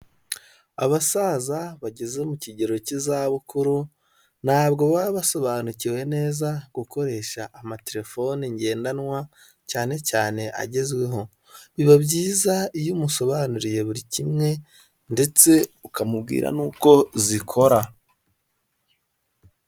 Abasaza bageze mu kigero cy'izabukuru ntabwo baba basobanukiwe neza gukoresha amaterefone ngendanwa cyane cyane agezweho biba byiza iyo umusobanuriye buri kimwe ndetse ukamubwira n'uko zikora.